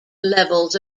levels